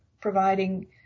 providing